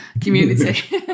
community